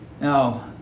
Now